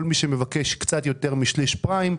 כל מי שמבקש קצת יותר משליש פריים,